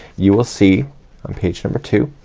you will see on page number two,